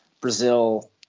Brazil